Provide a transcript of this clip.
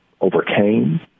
overcame